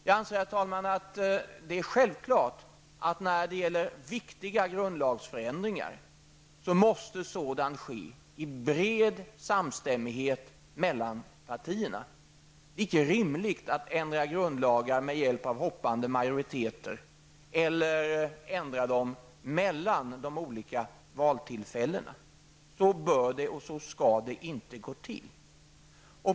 Jag anser, herr talman, att det är självklart att viktiga grundlagsförändringar skall ske i bred samstämmighet mellan partierna. Det är icke rimligt att ändra grundlagar med hjälp av hoppande majoriteter, eller ändra dem mellan de olika valtillfällena. Så bör det och skall det inte gå till.